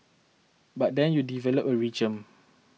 but then you develop a regime